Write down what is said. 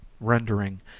rendering